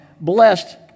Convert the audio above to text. blessed